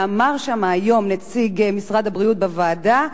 אמר שם היום נציג משרד הבריאות, בוועדה,